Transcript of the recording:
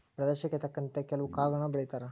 ಪ್ರದೇಶಕ್ಕೆ ತಕ್ಕಂತೆ ಕೆಲ್ವು ಕಾಳುಗಳನ್ನಾ ಬೆಳಿತಾರ